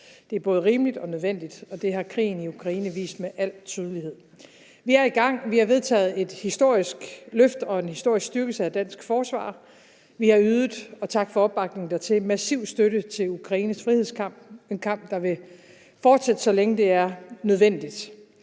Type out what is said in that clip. Det er både rimeligt og nødvendigt, og det har krigen i Ukraine vist med al tydelighed. Vi er i gang. Vi har vedtaget et historisk løft og en historisk styrkelse af dansk forsvar. Vi har ydet – og tak for opbakningen dertil – massiv støtte til Ukraines frihedskamp, en kamp, der vil fortsætte, så længe det er nødvendigt.